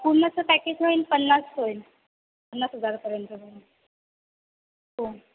पूर्णच पॅकेज होईल पन्नास होईल पन्नास हजारपर्यंत होईल हो